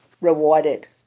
rewarded